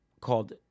called